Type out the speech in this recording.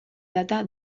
data